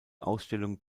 ausstellung